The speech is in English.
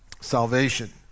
Salvation